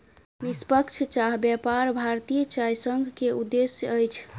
निष्पक्ष चाह व्यापार भारतीय चाय संघ के उद्देश्य अछि